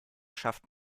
schafft